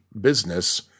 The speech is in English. business